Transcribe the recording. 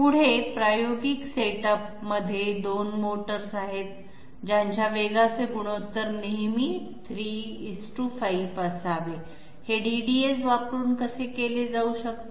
पुढे प्रायोगिक सेटअपमध्ये 2 मोटर्स आहेत ज्यांच्या वेगाचे गुणोत्तर नेहमी 35 असावे हे DDAs वापरून कसे केले जाऊ शकते